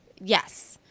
yes